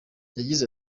yagize